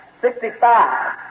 Sixty-five